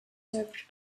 served